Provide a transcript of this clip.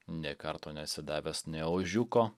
nė karto nesidavęs nė ožiuko